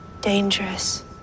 Dangerous